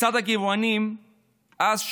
כיצד הגרמנים אז,